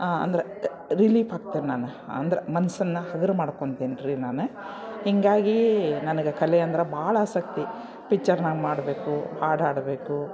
ಅಂದ್ರೆ ರಿಲೀಫ್ ಆಗ್ತೇನೆ ನಾನು ಅಂದ್ರೆ ಮನ್ಸನ್ನು ಹಗ್ರ ಮಾಡ್ಕೊತೇನ್ರಿ ನಾನು ಹೀಗಾಗಿ ನನ್ಗೆ ಕಲೆ ಅಂದ್ರೆ ಭಾಳ ಆಸಕ್ತಿ ಪಿಚ್ಚರ್ನಾಗ ಮಾಡಬೇಕು ಹಾಡು ಹಾಡಬೇಕು